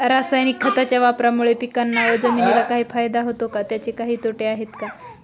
रासायनिक खताच्या वापरामुळे पिकांना व जमिनीला काही फायदा होतो का? त्याचे काही तोटे आहेत का?